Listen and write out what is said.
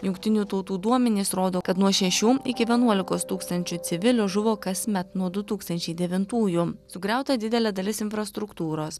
jungtinių tautų duomenys rodo kad nuo šešių iki vienuolikos tūkstančių civilių žuvo kasmet nuo du tūkstančiai devintųjų sugriauta didelė dalis infrastruktūros